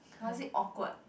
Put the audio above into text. was it awkward